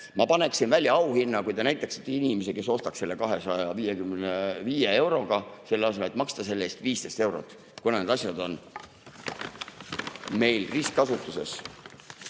Ma paneksin välja auhinna, kui te näitaksite inimest, kes ostaks selle 255 euroga, selle asemel et maksta 15 eurot, kuna need asjad on meil ristkasutuses.